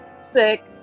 sick